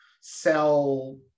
sell